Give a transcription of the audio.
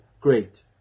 great